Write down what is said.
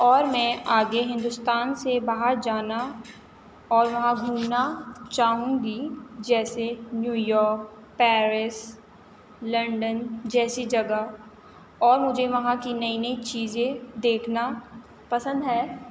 اور میں آگے ہندوستان سے باہر جانا اور وہاں گھومنا چاہوں گی جیسے نیو یارک پیرس لنڈن جیسی جگہ اور مجھے وہاں کی نئی نئی چیزیں دیکھنا پسند ہے